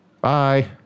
Bye